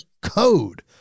code